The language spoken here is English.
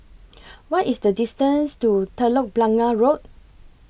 What IS The distance to Telok Blangah Road